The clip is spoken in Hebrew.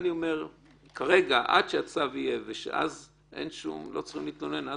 אני כבר רואה שיש פה איזושהי מתקפה מצד